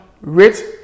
rate